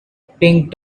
pink